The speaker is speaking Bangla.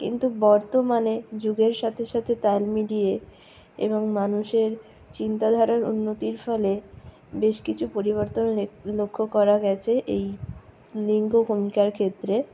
কিন্তু বর্তমানে যুগের সাথে সাথে তাল মিলিয়ে এবং মানুষের চিন্তা ধারার উন্নতির ফলে বেশ কিছু পরিবর্তন লক্ষ্য করা গেছে এই লিঙ্গ ভূমিকার ক্ষেত্রে